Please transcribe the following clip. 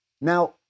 Now